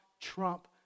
trump